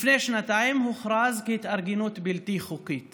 לפני שנתיים הוא הוכרז כהתארגנות בלתי חוקית